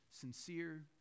sincere